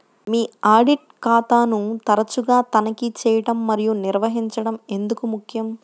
మీ audit ఖాతాను తరచుగా తనిఖీ చేయడం మరియు నిర్వహించడం ఎందుకు ముఖ్యం?